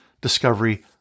discovery